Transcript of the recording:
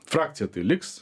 frakcija tai liks